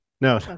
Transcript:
No